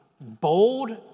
bold